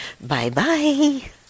bye-bye